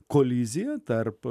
kolizija tarp